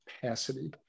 capacity